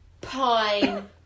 pine